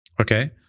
Okay